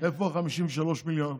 איפה ה-53 מיליארד?